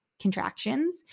Contractions